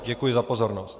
Děkuji za pozornost.